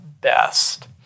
best